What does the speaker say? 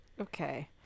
okay